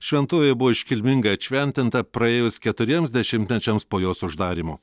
šventovė buvo iškilmingai atšventinta praėjus keturiems dešimtmečiams po jos uždarymo